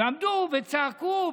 עמדו וצעקו,